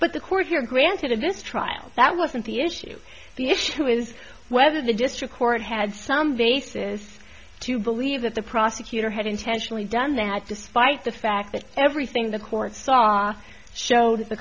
but the court here granted in this trial that wasn't the issue the issue is whether the district court had some they says to believe that the prosecutor had intentionally done that despite the fact that everything the court saw showed the